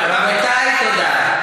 רבותי, תודה.